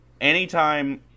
anytime